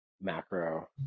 macro